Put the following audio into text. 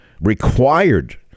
required